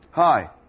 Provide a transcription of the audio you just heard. Hi